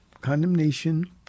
Condemnation